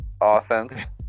offense